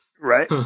Right